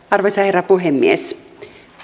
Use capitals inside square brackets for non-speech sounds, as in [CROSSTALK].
[UNINTELLIGIBLE] arvoisa herra puhemies